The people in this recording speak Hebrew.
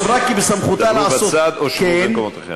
דברו בצד או שבו במקומותיכם.